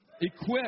Equip